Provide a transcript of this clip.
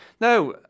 Now